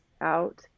out